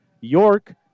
York